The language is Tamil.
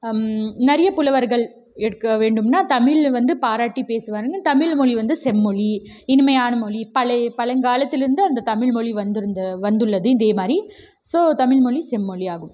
நிறைய புலவர்கள் எடுக்க வேண்டும்னா தமிழை வந்து பாராட்டி பேசுவாங்க தமிழ்மொழி வந்து செம்மொழி இனிமையான மொழி பழைய பழங்காலத்திலிருந்து அந்த தமிழ்மொழி வந்திருந்து வந்துள்ளது இதே மாதிரி ஸோ தமிழ்மொழி செம்மொழியாகும்